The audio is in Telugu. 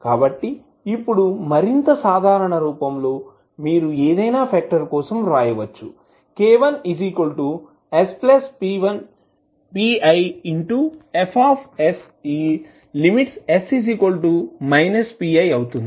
కాబట్టి ఇప్పుడు మరింత సాధారణ రూపంలో మీరు ఏదైనా ఫాక్టర్ కోసం వ్రాయవచ్చు kispiFs|s piఅవుతుంది